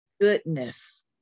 goodness